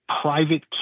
private